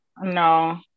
No